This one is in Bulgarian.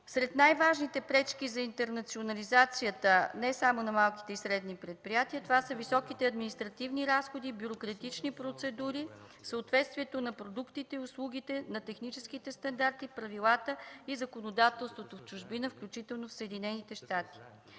Сред най-важните пречки за интернационализацията не само на малките и средни предприятия са високите административни разходи, бюрократични процедури, съответствието на продуктите и услугите, на техническите стандарти, правилата и законодателството в чужбина, включително в Съединените щати.